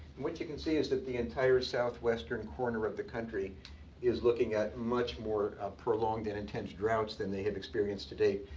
what you can see is that the entire southwestern corner of the country is looking at much more prolonged and intense droughts than they have experienced to date.